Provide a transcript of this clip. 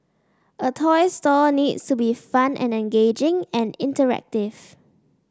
a toy store needs to be fun and engaging and interactive